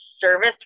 service